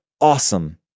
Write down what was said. awesome